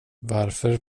varför